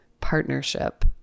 partnership